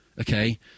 okay